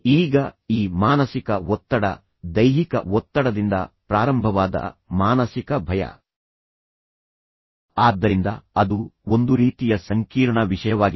ಈಗ ಈ ಮಾನಸಿಕ ಒತ್ತಡ ದೈಹಿಕ ಒತ್ತಡದಿಂದ ಪ್ರಾರಂಭವಾದ ಮಾನಸಿಕ ಭಯ ಆದ್ದರಿಂದ ಅದು ಒಂದು ರೀತಿಯ ಸಂಕೀರ್ಣ ವಿಷಯವಾಗಿದೆ